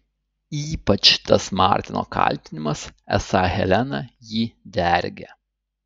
ypač tas martino kaltinimas esą helena jį dergia